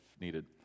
needed